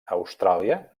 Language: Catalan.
austràlia